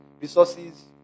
Resources